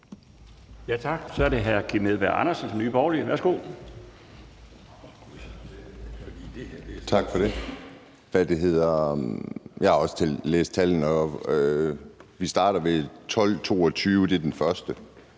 Tak for det. Jeg har også læst tallene, og vi starter ved 1.222, som er den første,